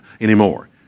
anymore